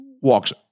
walks